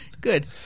Good